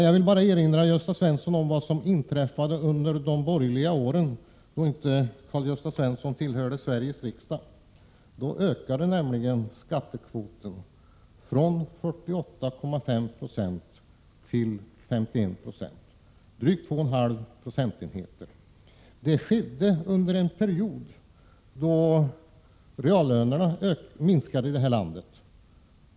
Jag vill erinra Karl-Gösta Svenson om vad som inträffade under de borgerliga åren, då Karl-Gösta Svenson inte tillhörde Sveriges riksdag. Då ökade skattekvoten från 48,5 9 till 51 96, dvs. 2,5 procentenheter. Det skedde under en period då reallönerna minskade här i landet.